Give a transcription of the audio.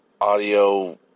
audio